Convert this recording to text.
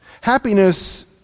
happiness